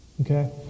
Okay